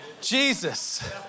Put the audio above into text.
Jesus